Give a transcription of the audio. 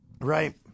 right